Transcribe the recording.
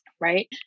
Right